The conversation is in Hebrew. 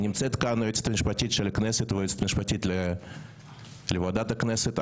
נמצאות כאן היועצת המשפטית של הכנסת והיועצת המשפטית לוועדת הכנסת.